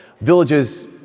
villages